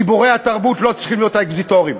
גיבורי התרבות לא צריכים להיות אקזיטורים.